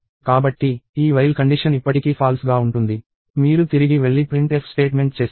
కాబట్టి ఈ while condition ఇప్పటికీ ఫాల్స్ గా ఉంటుంది మీరు తిరిగి వెళ్లి ప్రింట్ ఎఫ్ స్టేట్మెంట్ చేస్తారు